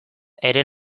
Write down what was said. ere